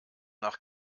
nach